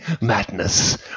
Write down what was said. Madness